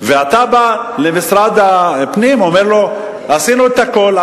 ואתה בא למשרד הפנים ואומר לו: עשינו את הכול,